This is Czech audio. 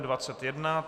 21.